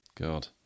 God